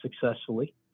successfully